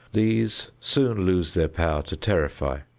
these soon lose their power to terrify.